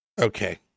Okay